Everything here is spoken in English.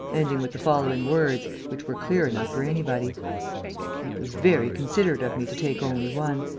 ending with the following words, which were clear enough for anybody it was very considerate of me to take only one.